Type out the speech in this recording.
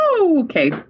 Okay